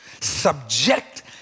Subject